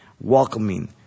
welcoming